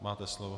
Máte slovo.